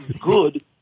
good